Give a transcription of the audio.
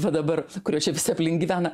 va dabar kuriuo čia visi aplink gyvena